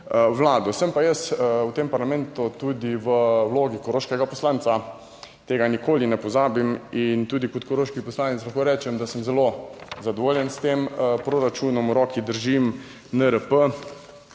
vlado. Sem pa jaz v tem parlamentu, tudi v vlogi koroškega poslanca, tega nikoli ne pozabim in tudi kot koroški poslanec lahko rečem, da sem zelo zadovoljen s tem proračunom. V roki držim NRP,